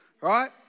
right